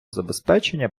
забезпечення